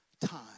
time